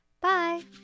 Bye